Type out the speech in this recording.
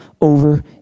over